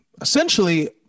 Essentially